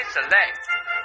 Select